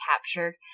captured